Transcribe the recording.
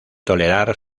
tolerar